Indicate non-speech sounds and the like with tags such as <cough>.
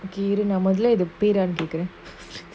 okay இரு நா மொதல்ல இது பேரு அனுபிகுரன்:iru na mothalla ithu peru anupikuran <laughs>